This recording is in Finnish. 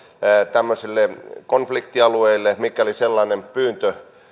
tämmöisille konfliktialueille mikäli sellainen pyyntö